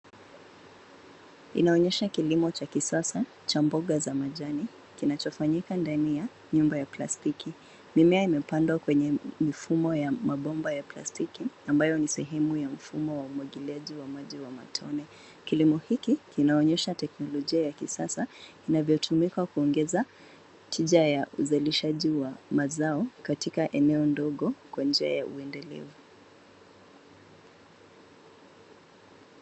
Inaonyesha kilimo cha kisasa, cha mboga za majani, kinachofanyika ndani ya nyumba ya plastiki. Mimea imepandwa kwenye mifumo ya mabomba ya plastiki, ambayo ni sehemu ya mfumo wa umwagiliaji wa maji wa matone. Kilimo hiki, kinaonyesha teknolojia ya kisasa inavyotumika kuongeza tija ya uzalishaji wa mazao katika eneo ndogo kwa njia ya uendelevu.